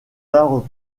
arts